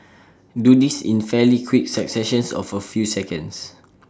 do this in fairly quick successions of A few seconds